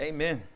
Amen